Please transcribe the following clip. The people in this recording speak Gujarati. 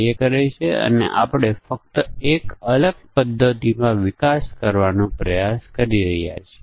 તેથી જો આપણે તેવું કરીએ તો આપણે રીડન્ડન્ટ પરીક્ષણના કેસને દૂર કરી શકીએ